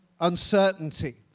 uncertainty